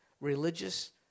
religious